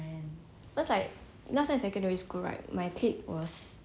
they very china [one] cause two china people inside [what] then